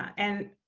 and